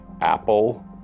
apple